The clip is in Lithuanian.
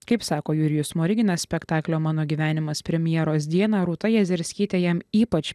kaip sako jurijus smoriginas spektaklio mano gyvenimas premjeros dieną rūta jezerskytė jam ypač